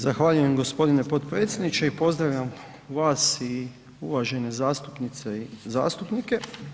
Zahvaljujem gospodine potpredsjedniče i pozdravljam vas i uvažene zastupnice i zastupnike.